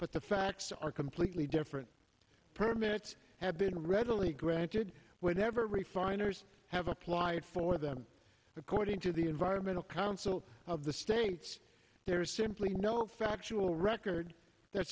but the facts are completely different permits have been readily granted whenever refiners have applied for them according to the environmental council of the states there is simply no factual record that